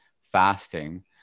fasting